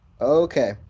okay